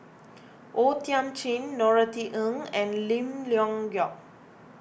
O Thiam Chin Norothy Ng and Lim Leong Geok